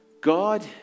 God